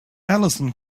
alison